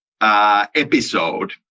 episode